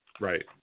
Right